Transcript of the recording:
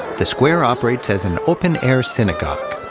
the square operates as an open-air synagogue.